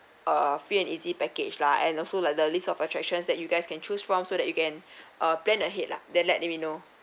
uh free and easy package lah and also like the list of attractions that you guys can choose from so that you can uh plan ahead lah then let let me know